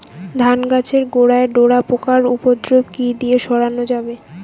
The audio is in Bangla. ধান গাছের গোড়ায় ডোরা পোকার উপদ্রব কি দিয়ে সারানো যাবে?